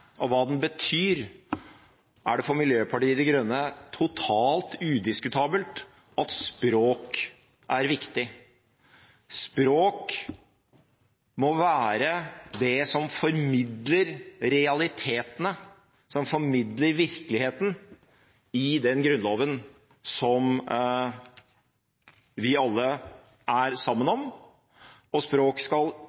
og hva den betyr, er det for Miljøpartiet De Grønne totalt udiskutabelt at språk er viktig. Språk må være det som formidler realitetene, som formidler virkeligheten i den Grunnloven som vi alle er sammen